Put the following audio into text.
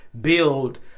build